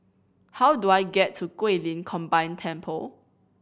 how do I get to Guilin Combined Temple